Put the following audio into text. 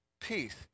peace